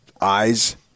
eyes